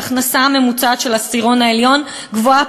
ההכנסה הממוצעת של העשירון העליון גבוהה